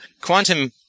quantum